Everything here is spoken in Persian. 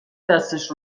دستش